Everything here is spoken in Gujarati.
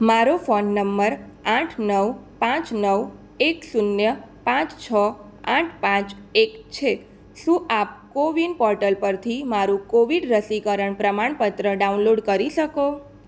મારો ફોન નંબર આઠ નવ પાંચ નવ એક શૂન્ય પાંચ છ આઠ પાંચ એક છે શું આપ કોવિન પોર્ટલ પરથી મારું કોવિડ રસીકરણ પ્રમાણપત્ર ડાઉનલોડ કરી શકો